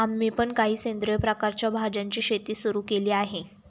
आम्ही पण काही सेंद्रिय प्रकारच्या भाज्यांची शेती सुरू केली आहे